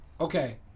okay